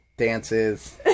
dances